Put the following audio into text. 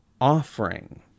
offering